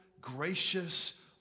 gracious